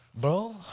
Bro